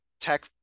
tech